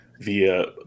Via